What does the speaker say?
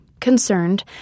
Concerned